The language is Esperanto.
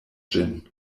ĝin